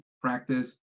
practice